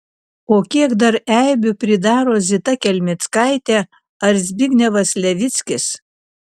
o kiek dar eibių pridaro zita kelmickaitė ar zbignevas levickis